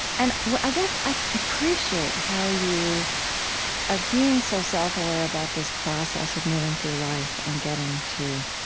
and i guess, i appreciate how you are being so self-aware about this process of moving through life and getting to